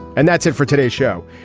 and that's it for today's show.